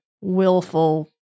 willful